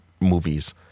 movies